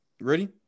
Ready